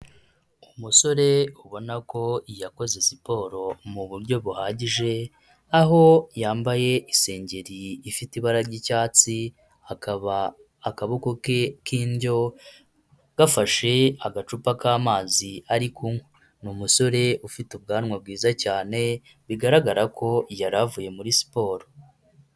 Umusore ubona ko yakoze siporo mu buryo buhagije, aho yambaye isengeri ifite ibara ry'icyatsi, akaba akaboko ke k'indyo gafashe agacupa k'amazi ari kunywa, ni umusore ufite ubwanwa bwiza cyane bigaragara ko yari avuye muri siporo.